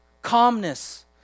calmness